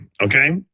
okay